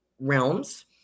realms